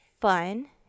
fun